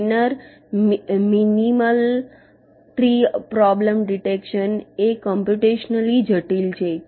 Steiner minimal tree problem detection એ computationally જટિલ છે